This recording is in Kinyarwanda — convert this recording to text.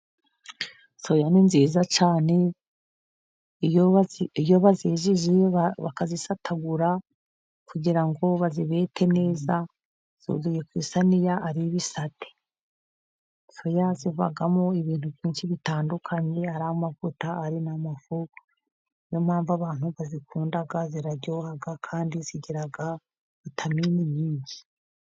Soya ni nziza cyane, iyo bazejeje bakazisatagura kugira ngo bazibete neza, zuzuye ku isiniya ari ibisate, soya zivamo ibintu byinshi bitandukanye ari amavuta, ari n'amafu, niyo mpamvu abantu bazikunda, ziraryoha kandi zigira vitamini nyinshi.